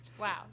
Wow